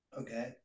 Okay